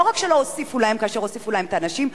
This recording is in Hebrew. לא רק שלא הוסיפו להם כאשר הוסיפו להם את האנשים,